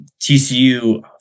TCU